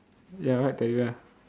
ya the right teddy bear